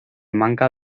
manca